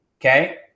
Okay